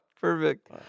Perfect